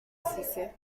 خسیسه